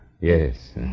yes